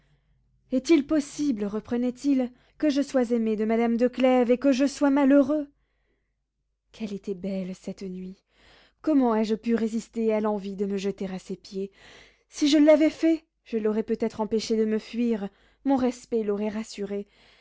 est-il possible reprenait-il que je sois aimé de madame de clèves et que je sois malheureux qu'elle était belle cette nuit comment ai-je pu résister à l'envie de me jeter à ses pieds si je l'avais fait je l'aurais peut-être empêchée de me fuir mon respect l'aurait rassurée